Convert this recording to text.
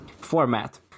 Format